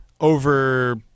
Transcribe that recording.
over